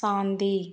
சாந்தி